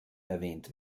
erwähnt